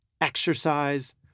exercise